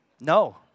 No